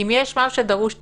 אם יש משהו שדרוש תיקון,